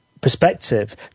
perspective